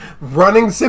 Running